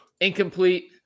incomplete